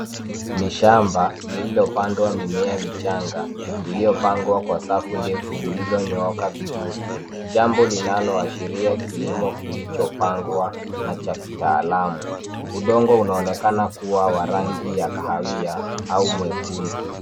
Ni shamba lililopandwa mimea michanga, iliyopangwa kwa safu ndefu zilizonyooka vizuri. Jambo linalo ashiria kilimo kilichopangwa na cha kitaalamu. Udongo unaonekana kuwa wa rangi ya kahawia au mwekundu.